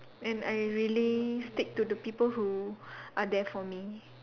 and I really stick to the people who are there for me